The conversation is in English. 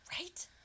right